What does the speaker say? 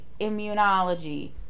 immunology